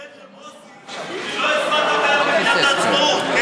נחדד למוסי שלא הצבעת בעד מגילת העצמאות.